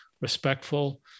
respectful